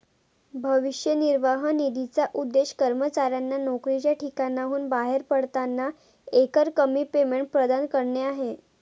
भविष्य निर्वाह निधीचा उद्देश कर्मचाऱ्यांना नोकरीच्या ठिकाणाहून बाहेर पडताना एकरकमी पेमेंट प्रदान करणे आहे